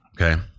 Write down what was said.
Okay